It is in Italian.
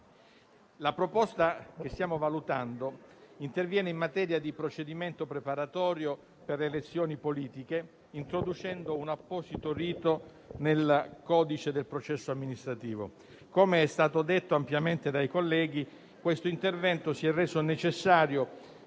la proposta che stiamo valutando interviene in materia di procedimento preparatorio per le elezioni politiche, introducendo un apposito rito nel codice del processo amministrativo. Come è stato detto ampiamente dai colleghi, questo intervento si è reso necessario